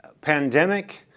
pandemic